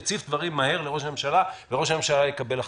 יציף דברים מהר לראש הממשלה וראש הממשלה יקבל החלטות.